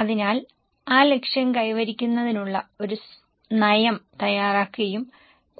അതിനാൽ ആ ലക്ഷ്യം കൈവരിക്കുന്നതിനുള്ള ഒരു നയം തയ്യാറാക്കുകയും